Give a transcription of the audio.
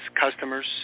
customers